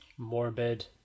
morbid